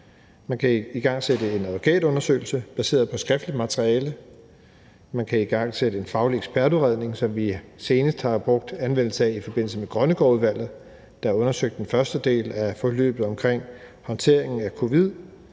Man kan igangsætte en advokatundersøgelse baseret på skriftligt materiale; man kan igangsætte en faglig ekspertudredning, som vi senest har gjort anvendelse af i forbindelse med Grønnegårdudvalget, der undersøgte håndteringen af den første del af forløbet omkring covid-19,